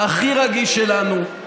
הכי רגיש שלנו,